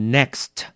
Next